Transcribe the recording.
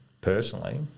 personally